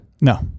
No